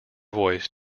voice